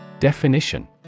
Definition